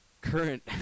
current